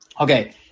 Okay